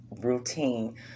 routine